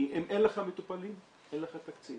כי אם אין לך מטופלים אין לך תקציב.